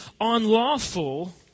unlawful